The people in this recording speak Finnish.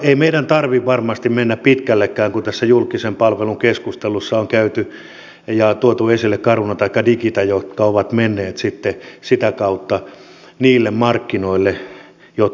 ei meidän tarvitse varmasti mennä pitkällekään kun tässä julkisen palvelun keskustelussa on tuotu esille caruna taikka digita jotka ovat menneet sitten sitä kautta niille markkinoille joilla ovat